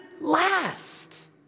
last